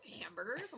hamburgers